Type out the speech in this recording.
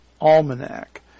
Almanac